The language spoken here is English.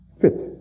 fit